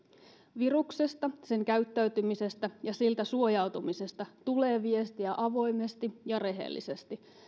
viruksesta sen käyttäytymisestä ja siltä suojautumisesta tulee viestiä avoimesti ja rehellisesti